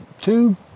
two